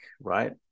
right